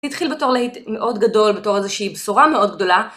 זה התחיל בתור להיט מאוד גדול, בתור איזושהי בשורה מאוד גדולה